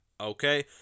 okay